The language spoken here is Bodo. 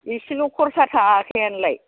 एसेल' खरसा थाङाखैआनोलाय